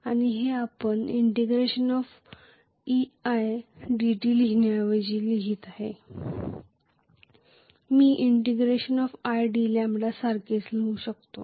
आणि हे आपण eidt लिहिण्याऐवजी लिहिले आहे मी id सारखेच लिहू शकतो